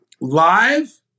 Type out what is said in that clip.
Live